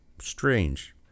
strange